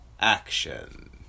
Action